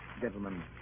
Gentlemen